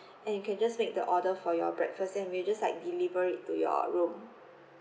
and you can just make the order for your breakfast then we will just like deliver it to your room